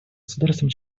государствам